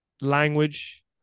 language